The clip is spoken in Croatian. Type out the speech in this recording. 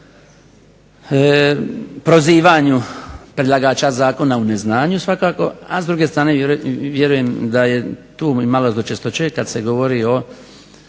prozivanju predlagača zakona u neznanju svakako, a s druge strane vjerujem da je tu malo zločestoće kada se govori o